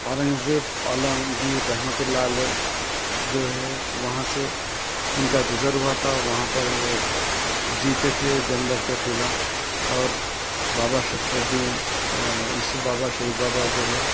اورنگ زیب عالم گیر رحمتہ اللہ علیہ جو ہے وہاں سے ان کا گزر ہوا تھا وہاں پر وہ جیتے تھے جنگ لڑ کے قلعہ اور بابا شرف الدین یوسف بابا شریف بابا جو ہے